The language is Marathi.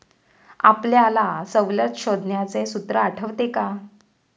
आपल्याला सवलत शोधण्याचे सूत्र आठवते का?